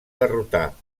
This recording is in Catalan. derrotar